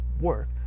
work